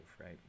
right